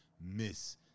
Miss